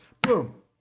Boom